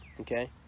Okay